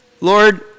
Lord